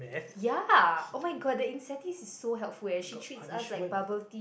ya oh-my-god the incentives is so helpful eh she treats us like bubble tea